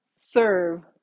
serve